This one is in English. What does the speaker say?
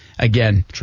Again